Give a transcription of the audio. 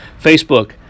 Facebook